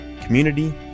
community